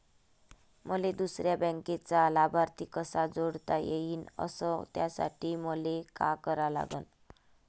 मले दुसऱ्या बँकेचा लाभार्थी कसा जोडता येईन, अस त्यासाठी मले का करा लागन?